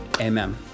amen